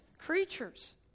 creatures